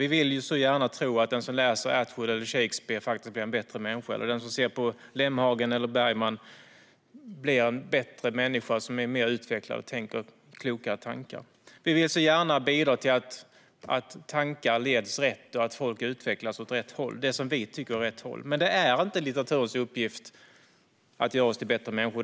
Vi vill gärna tro att den som läser Atwood eller Shakespeare eller ser på Lemhagen eller Bergman blir en bättre människa, som är mer utvecklad och som har klokare tankar. Vi vill så gärna bidra till att tankar leds rätt och till att folk utvecklas åt rätt håll, det som vi tycker är rätt håll. Men det är inte litteraturens uppgift att göra oss till bättre människor.